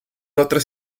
otras